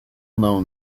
known